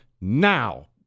now